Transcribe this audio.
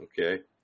Okay